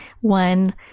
one